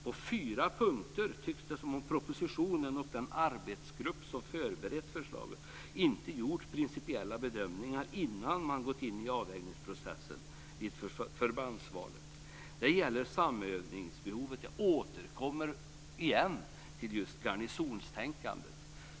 På fyra punkter tycks det som om propositionen och den arbetsgrupp som förberett förslaget inte gjort principiella bedömningar innan man gått in i avvägningsprocessen vid förbandsortsvalet. Punkt 1 gäller samordningbehovet där jag återkommer till just garnisonstänkandet.